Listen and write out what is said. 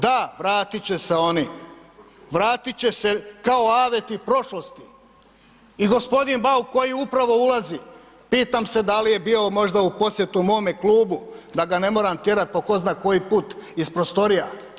Da vratit će se oni, vratit će se kao aveti prošlosti i g. Bauk koji upravo ulazi, pitam se da li je bio možda u posjetu mome klubu da ga ne moram tjerat po ko zna koji put iz prostorija.